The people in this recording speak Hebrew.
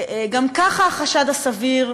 גם ככה החשד הסביר,